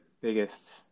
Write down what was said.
biggest